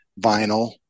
vinyl